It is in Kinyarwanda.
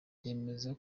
yemeza